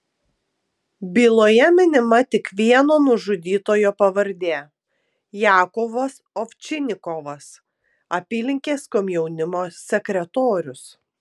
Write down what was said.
byloje minima tik vieno nužudytojo pavardė jakovas ovčinikovas apylinkės komjaunimo sekretorius